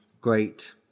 great